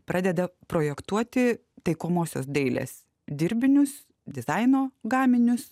pradeda projektuoti taikomosios dailės dirbinius dizaino gaminius